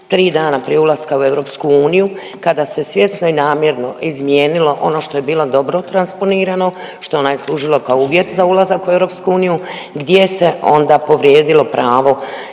tri dana prije ulaska u EU, kada se svjesno i namjerno izmijenilo ono što je bilo dobro transponirano, što nam je služilo kao uvjet za ulazak u EU, gdje se onda povrijedilo pravo